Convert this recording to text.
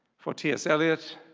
for t s. eliot,